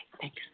Thanks